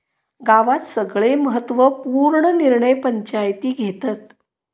गावात सगळे महत्त्व पूर्ण निर्णय पंचायती घेतत